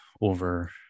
over